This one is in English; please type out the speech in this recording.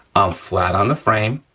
i'm flat on the frame,